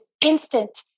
instant